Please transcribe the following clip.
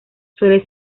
suele